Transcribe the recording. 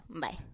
Bye